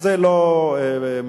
זה לא מעשי,